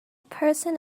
person